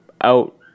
Out